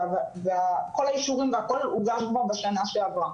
את כל האישורים הגשתי כבר בשנה שעברה,